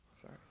Sorry